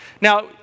Now